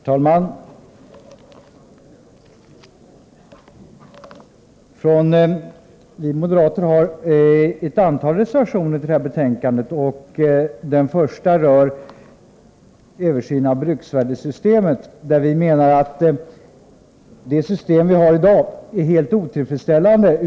Herr talman! Vi moderater har avgivit ett antal reservationer vid detta betänkande. Den första rör frågan om en översyn av bruksvärdessystemet. Vi menar att det system som i dag tillämpas är helt otillfredsställande.